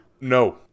No